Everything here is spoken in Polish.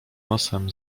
nosem